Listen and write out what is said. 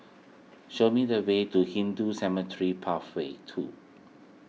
show me the way to Hindu Cemetery Path way two